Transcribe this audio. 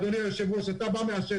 אדוני ביושב-ראש, אתה בא מהשטח.